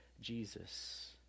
Jesus